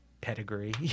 pedigree